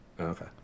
Okay